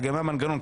לגבי המנגנון.